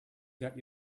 got